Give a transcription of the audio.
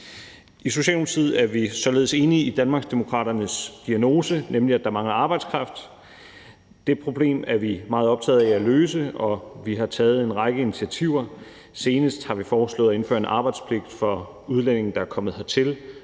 I Socialdemokratiet er vi således enige i Danmarksdemokraternes diagnose, nemlig at der mangler arbejdskraft. Det problem er vi meget optaget af at løse, og vi har taget en række initiativer. Senest har vi foreslået at indføre en arbejdspligt for udlændinge, der er kommet hertil,